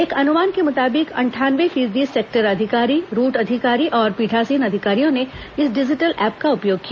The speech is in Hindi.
एक अनुमान के मुताबिक अंठानये फीसदी सेक्टर अधिकारी रूट अधिकारी और पीठासीन अधिकारियों ने इस डिजिटल ऐप का उपयोग किया